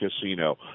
Casino